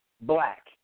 black